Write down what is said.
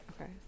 Okay